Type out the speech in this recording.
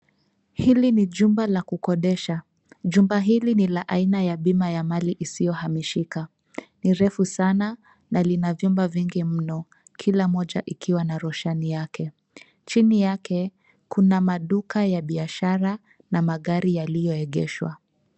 Hili ni jumba la kukodesha. Jumba hili ni la aina ya bima ya mali isiyo hamishika, ni refu sana na lina vyumba vingi mno kila moja ikiwa na rushani yake. Chini yake kuna maduka ya biashara na magari yaliyo egeshwa.